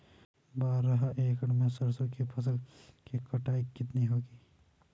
बारह एकड़ में सरसों की फसल की कटाई कितनी होगी?